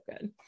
good